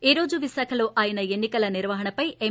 ఈ రోజు విశాఖలో ఆయన ఎన్ని కల నిర్వహణపై ఎం